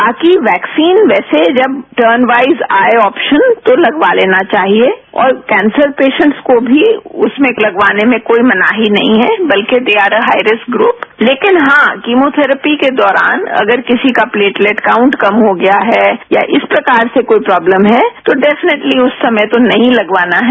बाकी वैक्सीन वैसे जब टर्नवाइज आए ऑप्सन तो लगवा लेना चाहिए और कैंसन पेसेंट को भी उसमें लगवाने के लिए कोई मनाही नहीं है वल्कि दे आर अ हाईरिस्क युप लेकिन हां कीमो थैरेपी के दौरान अगर किसी का प्लेटलेट काउंट कम हो गया है या इस प्रकार से कोई प्रॉब्लम है तो डेफिनेटली उस समय तो नही लगवाना है